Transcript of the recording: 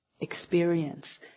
experience